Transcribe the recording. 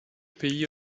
pays